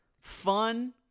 fun